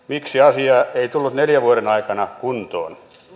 miksi asia ei tullut neljän vuoden aikana kuntoon